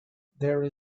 there